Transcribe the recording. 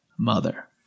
Mother